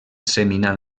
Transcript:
seminal